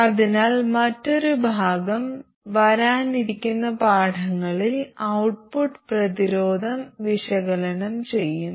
അതിനാൽ മറ്റൊരു ഭാഗം വരാനിരിക്കുന്ന പാഠങ്ങളിൽ ഔട്ട്പുട്ട് പ്രതിരോധം വിശകലനം ചെയ്യും